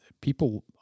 People